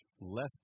less